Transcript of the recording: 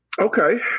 Okay